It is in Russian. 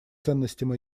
ценностям